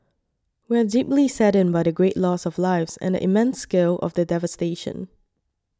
we are deeply saddened by the great loss of lives and the immense scale of the devastation